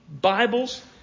Bibles